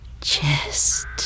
chest